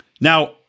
Now